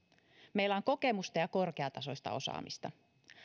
meillä on kokemusta ja korkeatasoista osaamista